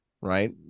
right